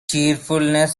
cheerfulness